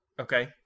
okay